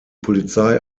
polizei